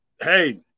hey